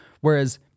Whereas